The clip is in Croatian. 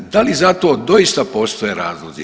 Da li za to doista postoje razlozi?